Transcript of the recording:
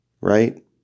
Right